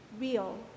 real